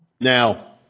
Now